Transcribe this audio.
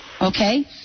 okay